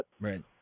right